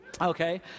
Okay